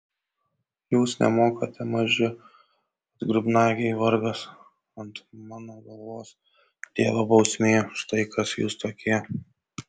jūs nemokate maži atgrubnagiai vargas ant mano galvos dievo bausmė štai kas jūs tokie